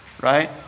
right